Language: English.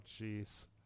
jeez